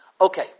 Okay